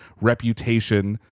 reputation